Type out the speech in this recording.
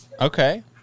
Okay